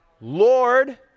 Lord